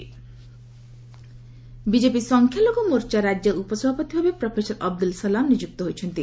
BJP ସଂଖ୍ୟାଲଘୁ ମୋର୍ଚ୍ଚା BJP ସଂଖ୍ୟାଲଘୁ ମୋର୍ଚ୍ଚା ରାଜ୍ୟ ଉପସଭାପତି ଭାବେ ପ୍ରଫେସର ଅବଦୁଲ ସଲାମ ନିଯୁକ୍ତ ହୋଇଛନ୍ତି